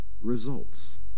results